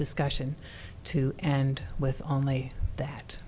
discussion to and with only that